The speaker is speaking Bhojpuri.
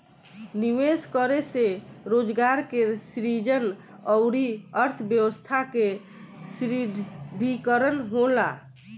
निवेश करे से रोजगार के सृजन अउरी अर्थव्यस्था के सुदृढ़ीकरन होला